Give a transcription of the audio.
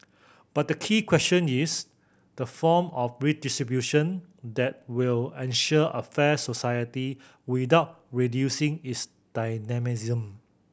but the key question is the form of redistribution that will ensure a fair society without reducing its dynamism